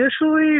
Initially